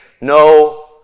no